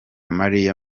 maria